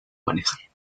manejar